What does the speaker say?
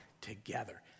together